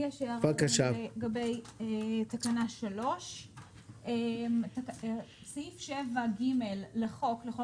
יש לי הערה לגבי תקנה 3. סעיף 7(ג) לחוק